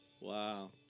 Wow